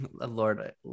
Lord